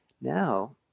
now